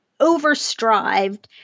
overstrived